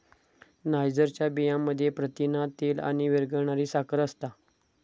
नायजरच्या बियांमध्ये प्रथिना, तेल आणि विरघळणारी साखर असता